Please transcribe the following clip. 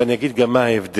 ואני אגיד גם מה ההבדל.